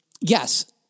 yes